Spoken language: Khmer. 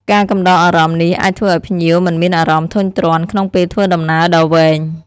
ការកំដរអារម្មណ៍នេះអាចធ្វើឱ្យភ្ញៀវមិនមានអារម្មណ៍ធុញទ្រាន់ក្នុងពេលធ្វើដំណើរដ៏វែង។